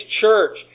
church